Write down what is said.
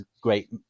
great